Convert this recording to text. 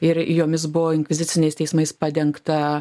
ir jomis buvo inkviziciniais teismais padengta